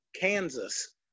Kansas